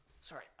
sorry